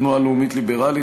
תנועה לאומית ליברלית,